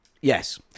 Yes